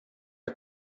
jag